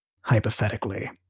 Hypothetically